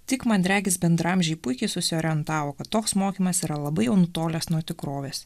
tik man regis bendraamžiai puikiai susiorientavo kad toks mokymas yra labai nutolęs nuo tikrovės